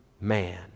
man